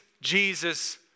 Jesus